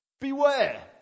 beware